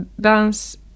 dance